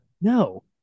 no